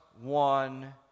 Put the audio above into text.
one